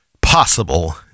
possible